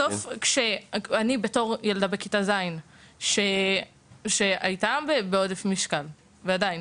בתור ילדה שהייתה בכיתה ז׳ בעודף משקל ועדיין,